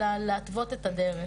אלא להתוות את הדרך